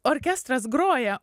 orkestras groja